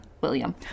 william